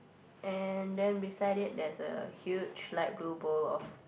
and then beside it there's a huge light blue bowl of